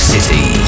City